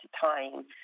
time